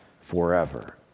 forever